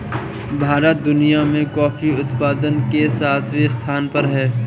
भारत दुनिया में कॉफी उत्पादन में सातवें स्थान पर है